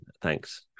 Thanks